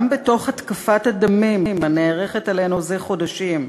גם בתוך התקפת הדמים הנערכת עלינו זה חודשים,